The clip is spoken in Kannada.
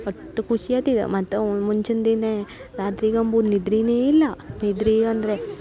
ಅಟ್ ಖುಷಿ ಆಯ್ತಿದ ಮತ್ತು ಮುಂಚಿಂದ ದಿನೇ ರಾತ್ರಿಗೆ ಅಂಬೂ ನಿದ್ರಿನೇ ಇಲ್ಲ ನಿದ್ರಿ ಅಂದರೆ